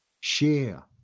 share